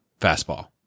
fastball